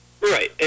Right